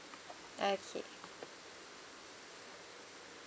okay